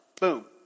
boom